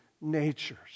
natures